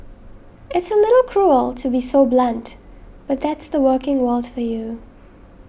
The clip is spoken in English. it's a little cruel to be so blunt but that's the working worlds for you